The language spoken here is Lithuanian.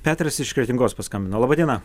petras iš kretingos paskambino laba diena